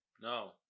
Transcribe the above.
No